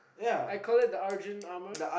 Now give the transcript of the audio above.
I call it the argent armour